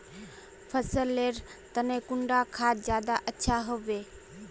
फसल लेर तने कुंडा खाद ज्यादा अच्छा हेवै?